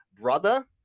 brother